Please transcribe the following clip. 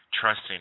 trusting